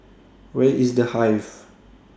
Where IS The Hive